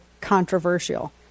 controversial